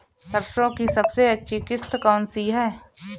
सरसो की सबसे अच्छी किश्त कौन सी है?